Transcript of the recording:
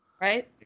Right